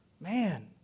Man